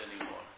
anymore